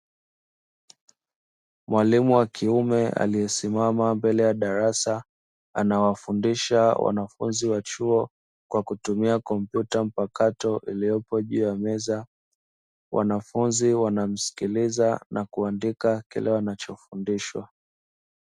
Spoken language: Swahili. Mwalimu wa kiume aliyesimama mbele ya darasa anawafundisha wanafunzi wa chuo kwa kutumia kompyuta mpakato, iliyopo juu ya meza wanafunzi wana msikiliza na kuandika kila wanachofundishwa.